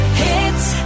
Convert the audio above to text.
hits